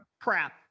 crap